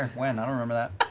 when? i don't remember that.